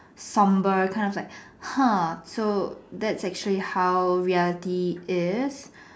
somber kind of like !huh! so that's actually how reality is